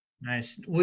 Nice